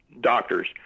doctors